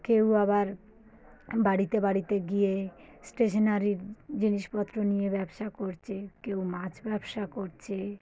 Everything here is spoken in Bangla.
কেউ আবার বাড়িতে বাড়িতে গিয়ে স্টেশনারির জিনিসপত্র নিয়ে ব্যবসা করছে কেউ মাছ ব্যবসা করছে